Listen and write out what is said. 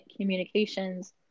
communications